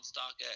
StockX